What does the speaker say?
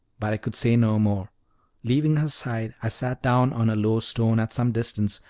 but i could say no more leaving her side i sat down on a low stone at some distance,